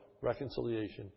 reconciliation